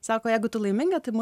sako jeigu tu laiminga tai